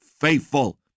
faithful